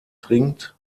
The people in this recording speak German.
trinkt